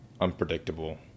unpredictable